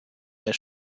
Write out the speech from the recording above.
der